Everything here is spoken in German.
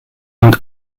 und